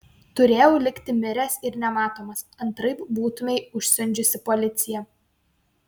turėjau likti miręs ir nematomas antraip būtumei užsiundžiusi policiją